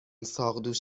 ساقدوش